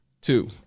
Two